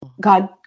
God